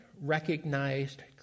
recognized